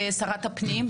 ושרת הפנים,